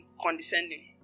condescending